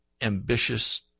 ambitious